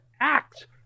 act